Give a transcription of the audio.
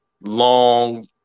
long